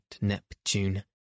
Neptune